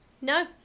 No